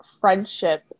friendship